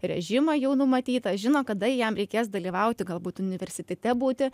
režimą jau numatytą žino kada jam reikės dalyvauti galbūt universitete būti